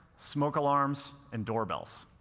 smoke alarms, and door bells.